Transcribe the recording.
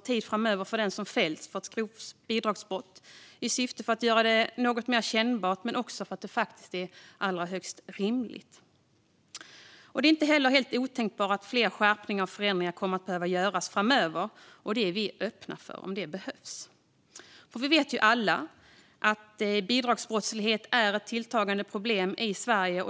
tid fråntas den som fällts för ett grovt bidragsbrott, både i syfte att göra det hela något mer kännbart och därför att det faktiskt är högst rimligt. Det är inte heller helt otänkbart att fler skärpningar och förändringar kommer att behöva göras framöver. Detta är vi öppna för om det behövs. Vi vet ju alla att bidragsbrottslighet är ett tilltagande problem i Sverige.